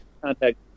contact